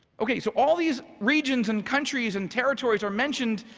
okay, so all these regions and countries and territories are mentioned,